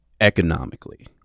economically